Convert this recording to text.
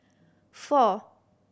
four